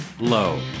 Low